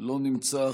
לא נמצא.